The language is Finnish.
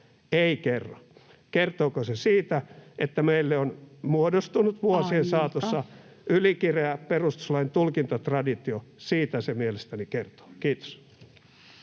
Ei kerro. Kertooko se siitä, että meille on muodostunut vuosien saatossa [Puhemies: Aika!] ylikireä perustuslain tulkintatraditio? Siitä se mielestäni kertoo. — Kiitos.